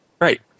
Right